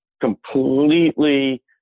completely